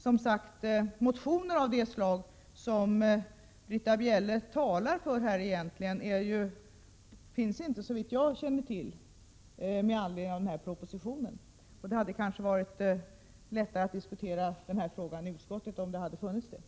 Några motioner av det slag som Britta Bjelle talar för egentligen har inte väckts, såvitt jag känner till, med anledning av propositionen. Det hade kanske varit lättare att diskutera frågan i utskottet om det hade funnits sådana.